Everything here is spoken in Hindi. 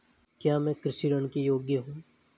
क्या मैं कृषि ऋण के योग्य हूँ?